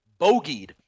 bogeyed